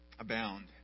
Abound